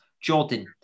Jordan